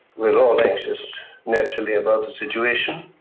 we're all anxious naturally about the situation.